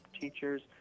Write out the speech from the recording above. teachers